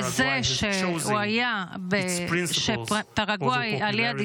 Paraguay has chosen its principles over popularity,